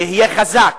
שיהיה חזק.